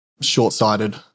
short-sighted